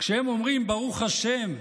שהם אומרים 'ברוך ה'',